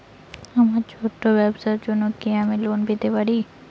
আমার ছোট্ট ব্যাবসার জন্য কি আমি লোন পেতে পারি?